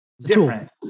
different